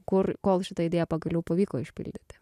kur kol šitą idėją pagaliau pavyko išpildyti